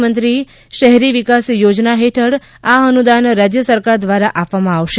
મુખ્યમંત્રી શહેરી વિકાસ યોજના હેઠળ આ અનુદાન રાજ્ય સરકાર દ્રારા આપવામાં આવશે